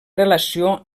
relació